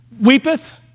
Weepeth